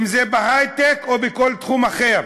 אם בהיי-טק או בכל תחום אחר,